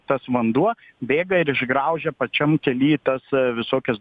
tas vanduo bėga ir išgraužia pačiam kely tas visokias